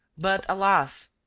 but, alas!